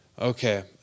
Okay